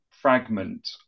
fragment